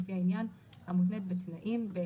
המותנית בתנאים סמכות הנתונה ליושב ראש הרשות להתקשר